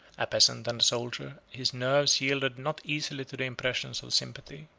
a peasant and a soldier, his nerves yielded not easily to the impressions of sympathy,